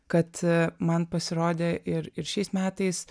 kad man pasirodė ir ir šiais metais